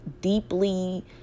deeply